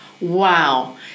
wow